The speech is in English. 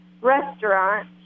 restaurant